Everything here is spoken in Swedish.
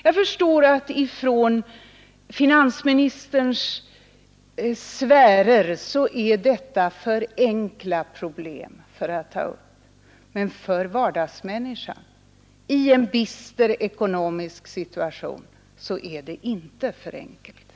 Jag förstår att detta från finansministerns sfärer är för enkla problem för att de skall tas upp, men för vardagsmänniskan i en bister ekonomisk situation är det inte för enkelt.